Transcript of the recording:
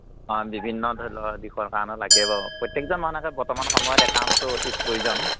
অঁ বিভিন্ন ধৰি লওক বিষয়ৰ কাৰণে লাগে বাৰু প্ৰত্যেকজন মানুহকে বৰ্তমান সময়ত একাউন্টটো অতি প্ৰয়োজন